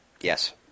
Yes